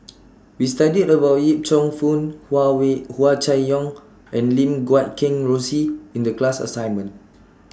We studied about Yip Cheong Fun Huawei Hua Chai Yong and Lim Guat Kheng Rosie in The class assignment